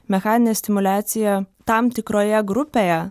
mechaninė stimuliacija tam tikroje grupėje